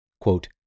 quote